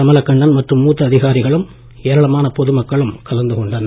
கமலக்கண்ணன் மற்றும் மூத்த அதிகாரிகளும் ஏராளமான பொதுமக்களும் கலந்து கொண்டனர்